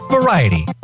Variety